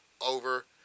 over